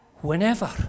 Whenever